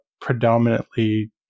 predominantly